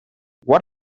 what